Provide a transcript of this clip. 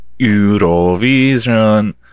Eurovision